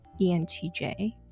ENTJ